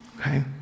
Okay